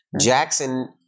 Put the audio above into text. jackson